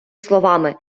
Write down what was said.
словами